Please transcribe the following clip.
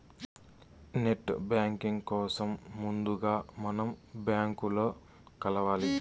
net banking కోసం ముందుగా మనం బ్యాంకులో కలవాలి